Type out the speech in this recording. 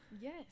yes